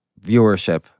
viewership